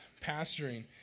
pastoring